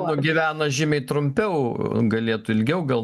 nugyvena žymiai trumpiau galėtų ilgiau gal